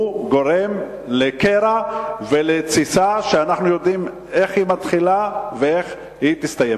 גורם לקרע ולתסיסה שאנחנו יודעים איך היא מתחילה ואיך היא תסתיים.